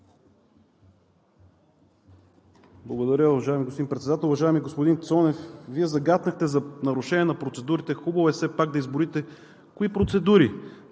Благодаря, уважаеми господин Председател. Уважаеми господин Цонев, Вие загатнахте за нарушения на процедурите, но все пак е хубаво да изброите кои процедури